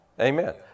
Amen